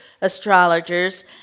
astrologers